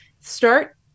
start